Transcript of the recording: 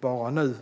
Bara nu